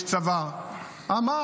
היעד ברור,